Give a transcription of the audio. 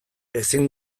ezin